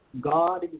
God